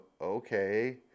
Okay